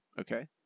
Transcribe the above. okay